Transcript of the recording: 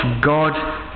God